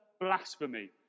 blasphemy